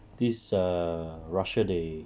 this err russia they